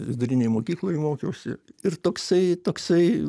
vidurinėj mokykloj mokiausi ir toksai toksai